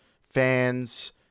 fans